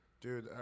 Dude